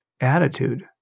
attitude